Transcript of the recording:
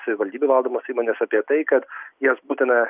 savivaldybių valdomas įmones apie tai kad jas būtina